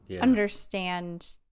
understand